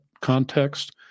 context